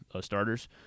Starters